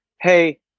hey